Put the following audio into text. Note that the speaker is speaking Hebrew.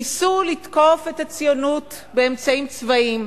ניסו לתקוף את הציונות באמצעים צבאיים,